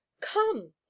Come